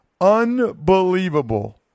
Unbelievable